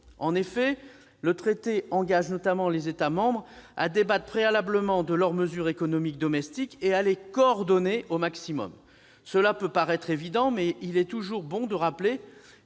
En effet, le traité engage notamment les États membres à débattre préalablement de leurs mesures économiques domestiques et à les coordonner au maximum. Cela peut paraître évident, mais il est toujours bon de rappeler